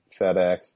FedEx